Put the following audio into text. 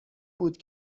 بود